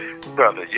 brother